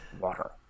Water